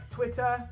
Twitter